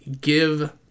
give